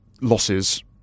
losses